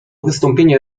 wystąpienie